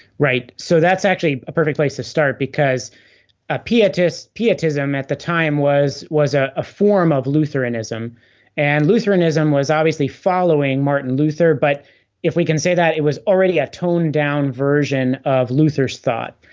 right so that's actually a perfect place to start because ah pietism pietism at the time was was ah a form of lutheranism and lutheranism was obviously following martin luther but if we can say, that it was already a toned-down version of luther's thought.